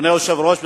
אדוני היושב-ראש,